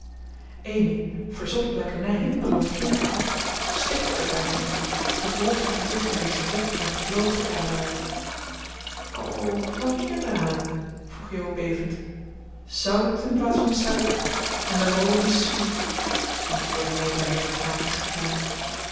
amy verzot op lekkernijen nam een flinken hap stikte er bijna in verborg haar gezicht in haar servet en vloog de kamer uit o wat mankeert er aan vroeg jo bevend zout in plaats van suiker en de room is zuur antwoordde meta met een tragisch gebaar